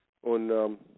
Und